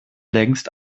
längst